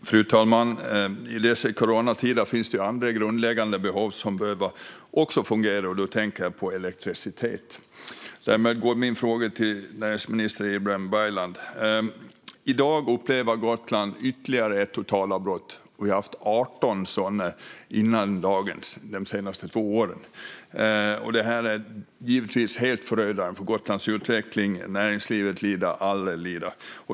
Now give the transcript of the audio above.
Fru talman! I dessa coronatider finns det andra grundläggande behov som också behöver fungera, och då tänker jag på elektricitet. Därmed går min fråga till näringsminister Ibrahim Baylan. I dag upplever Gotland ytterligare ett totalavbrott, och vi har före dagens avbrott haft 18 sådana de senaste två åren. Det är givetvis helt förödande för Gotlands utveckling. Näringslivet lider, alla lider.